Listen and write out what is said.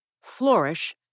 Flourish